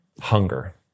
hunger